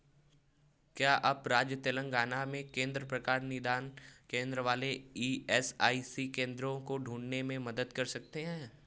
क्या आप राज्य तेलंगाना में केंद्र प्रकार निदान केंद्र वाले ई एस आई सी केंद्रों को ढूँढने में मदद कर सकते हैं